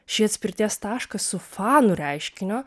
šį atspirties tašką su fanų reiškiniu